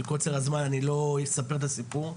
מקוצר הזמן אני לא אספר את הסיפור.